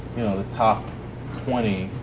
the top twenty,